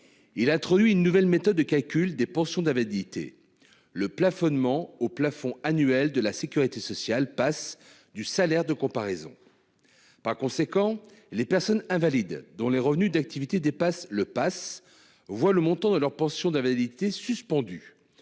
Il a introduit une nouvelle méthode de calcul des pensions d'invalidité. Le plafonnement au plafond annuel de la Sécurité sociale passe du salaire de comparaison. Par conséquent les personnes invalides, dont les revenus d'activité dépassent le Pass. Voit le montant de leur pension d'invalidité suspendu.